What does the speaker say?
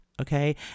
okay